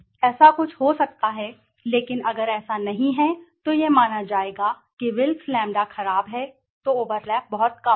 ऐसा कुछ हो सकता है लेकिन अगर ऐसा नहीं है तो यह माना जाएगा कि विल्क्स लैंबडाWilks Lambda खराब है तो ओवरलैप बहुत कम है